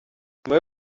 nyuma